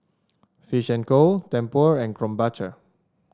Fish and Co Tempur and Krombacher